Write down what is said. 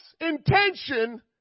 intention